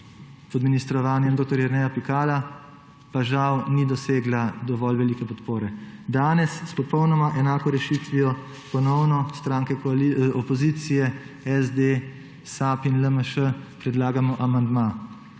pod ministrovanjem dr. Jerneja Pikala, pa žal ni dosegla dovolj velike podpore. Danes s popolnoma enako rešitvijo ponovno stranke opozicije, SD, SAB in LMŠ, predlagamo amandma,